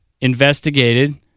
investigated